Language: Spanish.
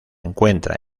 encuentra